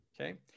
Okay